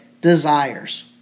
desires